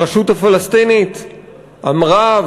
הרשות הפלסטינית אמרה,